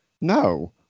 no